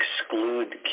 exclude